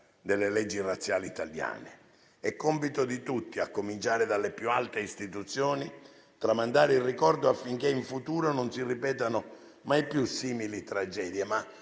delle leggi razziali italiane. È compito di tutti, a cominciare dalle più alte istituzioni, tramandare il ricordo affinché in futuro non si ripetano mai più simili tragedie;